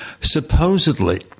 supposedly